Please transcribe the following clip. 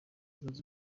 zunze